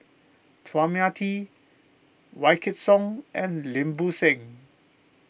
Chua Mia Tee Wykidd Song and Lim Bo Seng